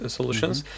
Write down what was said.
solutions